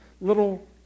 little